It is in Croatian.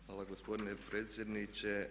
Hvala gospodine predsjedniče.